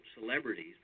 celebrities